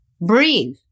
Breathe